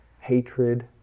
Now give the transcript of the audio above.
hatred